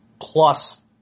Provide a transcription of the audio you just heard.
plus